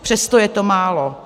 Přesto je to málo.